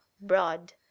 broad